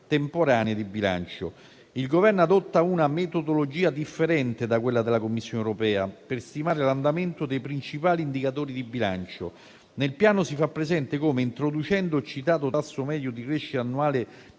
temporanee di bilancio. Il Governo adotta una metodologia differente da quella della Commissione europea per stimare l'andamento dei principali indicatori di bilancio. Nel Piano si fa presente come, introducendo il citato tasso medio di crescita annuale